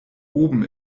oben